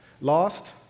Lost